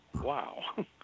wow